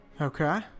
Okay